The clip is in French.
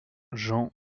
jean